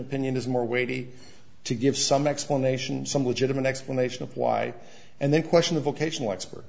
opinion is more weighty to give some explanation some legitimate explanation of why and then question a vocational expert